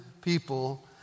people